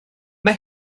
mae